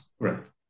correct